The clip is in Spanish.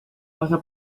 pasa